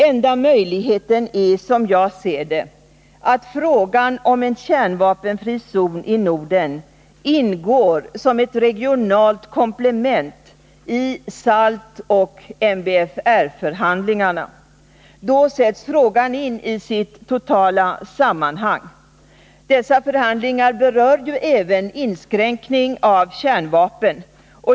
Enda möjligheten är, som jag ser det, att frågan om kärnvapenfri zon i Norden ingår som ett regionalt komplement i SALT och MBFR-förhandlingarna. Då sätts frågan in i sitt totala sammanhang. Dessa förhandlingar berör ju även inskränkning av kärnvapen.